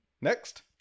Next